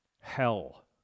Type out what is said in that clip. Hell